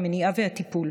המניעה והטיפול.